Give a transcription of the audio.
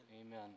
Amen